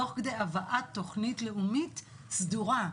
תוך כדי הבאת תכנית לאומית סדורה,